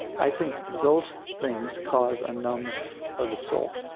i think those things cause a numbness of the soul.